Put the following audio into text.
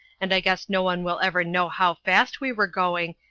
and i guess no one will ever know how fast we were going,